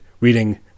reading